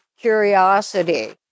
curiosity